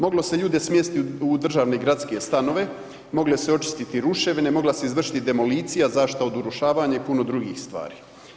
Moglo se ljude smjestiti u državne, gradske stanove, mogle su se očistiti ruševine, mogla se izvršiti demolicija, zaštita od urušavanja i puno drugih stvari.